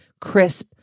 crisp